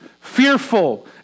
fearful